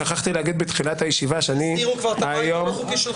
שכחתי להגיד בתחילת הישיבה --- כבר הסדירו את הבית הלא חוקי שלך?